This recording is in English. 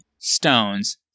stones